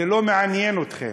זה לא מעניין אתכם.